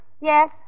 Yes